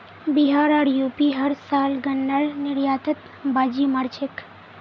बिहार आर यू.पी हर साल गन्नार निर्यातत बाजी मार छेक